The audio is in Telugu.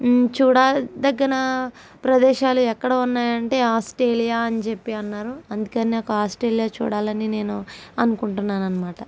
చూడదగిన ప్రదేశాలు ఎక్కడ ఉన్నాయి అంటే ఆస్ట్రేలియా అని చెప్పి అన్నాను అందుకనే ఆస్ట్రేలియా చూడాలని నేను అనుకుంటున్నాను అన్నమాట